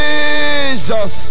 Jesus